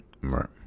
Right